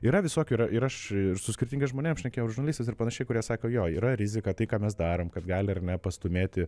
yra visokių yra ir aš su skirtingais žmonėm šnekėjau ir žurnalistais ir panašiai kurie sako jo yra rizika tai ką mes darom kad gali ar ne pastūmėti